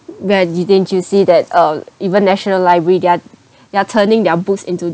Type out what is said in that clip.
well didn't you see that uh even national library they're they are turning their books into